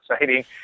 exciting